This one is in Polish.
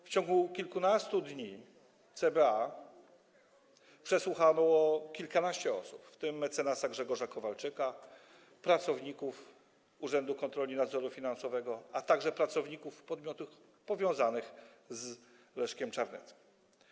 W ciągu kilkunastu dni CBA przesłuchało kilkanaście osób, w tym mecenasa Grzegorza Kowalczyka, pracowników Urzędu Komisji Nadzoru Finansowego, a także pracowników podmiotów powiązanych z Leszkiem Czarneckim.